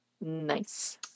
Nice